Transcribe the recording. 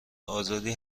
آزادی